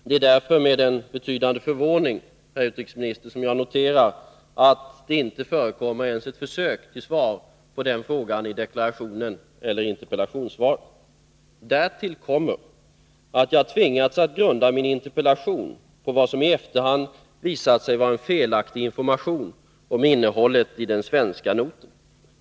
Det är därför med stor förvåning, herr utrikesminister, som jag noterar att det inte förekommer ens ett försök till svar på den frågan i deklarationen eller i interpellationssvaret. Därtill kommer, att jag tvingats att grunda min interpellation på vad som i efterhand visat sig vara felaktig information om innehållet i den svenska noten.